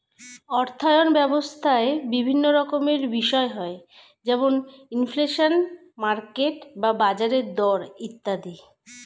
অর্থায়ন ব্যবস্থায় বিভিন্ন রকমের বিষয় হয় যেমন ইনফ্লেশন, মার্কেট বা বাজারের দর ইত্যাদি